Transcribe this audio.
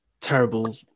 terrible